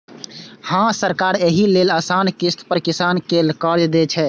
हां, सरकार एहि लेल आसान किस्त पर किसान कें कर्ज दै छै